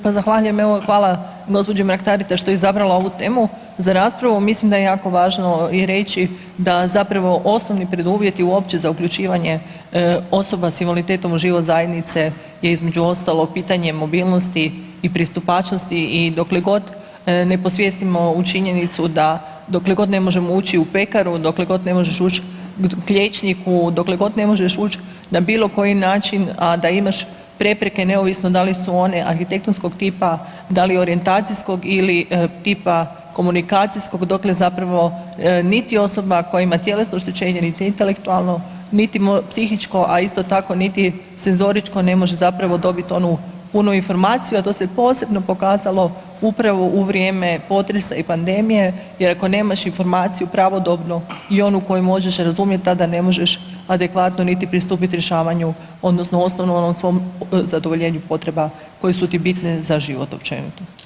Pa zahvaljujem, evo hvala gđi. Mrak-Taritaš što je izabrala ovu temu za raspravu, mislim da je jako važno i reći da zapravo osnovni preduvjeti uopće za uključivanje osoba s invaliditetom u život zajednice je, između ostalog, pitanje mobilnosti i pristupačnosti i dokle god ne posvijestimo ovu činjenicu da, dakle god ne možemo ući u pekaru, dokle god ne možeš uči k liječniku, dokle god ne možeš ući na bilo koji način, a da imaš prepreke, neovisno da li su one arhitektonskog tipa, da li orijentacijskog ili tipa komunikacijskog, dokle zapravo niti osoba koja ima tjelesno oštećenje niti intelektualno niti psihičko, a isto tako ni senzoričko, ne može zapravo dobiti onu punu informaciju, a to se posebno pokazalo upravo u vrijeme potresa i pandemije jer ako nemaš informaciju pravodobnu i oni koju možeš razumjeti, tada ne možeš adekvatno niti pristupiti rješavanju, odnosno osnovno onom svom zadovoljenju potreba koje su ti bitne za život općenito.